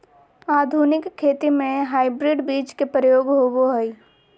आधुनिक खेती में हाइब्रिड बीज के प्रयोग होबो हइ